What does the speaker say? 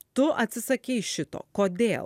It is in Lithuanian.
tu atsisakei šito kodėl